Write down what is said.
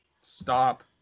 stop